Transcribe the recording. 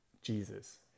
Jesus